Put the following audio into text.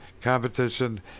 competition